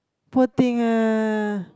poor thing leh